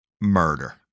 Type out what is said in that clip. murder